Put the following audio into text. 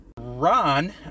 Ron